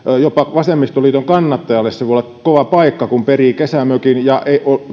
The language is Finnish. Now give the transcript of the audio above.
jopa vasemmistoliiton kannattajalle se voi olla kova paikka kun perii kesämökin ja